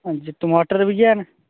हां जी टमाटर बी हैन